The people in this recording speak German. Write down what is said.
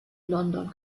london